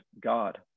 God